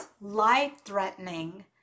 life-threatening